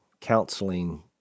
counseling